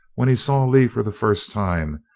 when he saw lee for the first time,